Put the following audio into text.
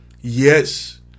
Yes